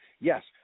Yes